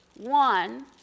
One